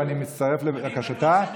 ואני מצטרף לבקשתה,